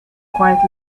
quietly